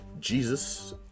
Jesus